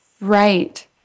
Right